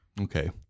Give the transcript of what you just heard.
Okay